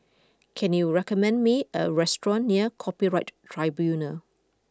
can you recommend me a restaurant near Copyright Tribunal